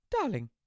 darling